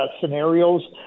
scenarios